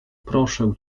proszę